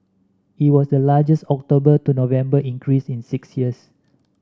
it was the largest October to November increase in six years